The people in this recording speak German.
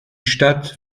stadt